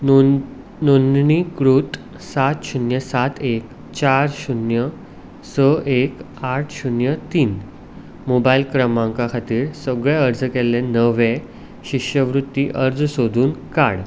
non नोंदणीकृत सात शुन्य सात एक चार शुन्य स एक आठ शुन्य तीन मोबायल क्रमांका खातीर सगळे अर्ज केल्ले नवे शिश्यवृत्ती अर्ज सोदून काड